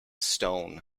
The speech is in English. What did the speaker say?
stone